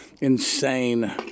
insane